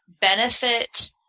benefit